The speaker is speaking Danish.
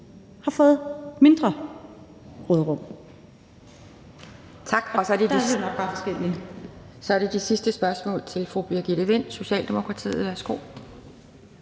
har fået mindre råderum.